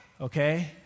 okay